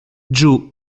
giù